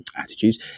attitudes